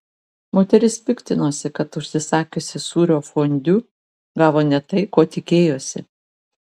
moteris piktinosi kad užsisakiusi sūrio fondiu gavo ne tai ko tikėjosi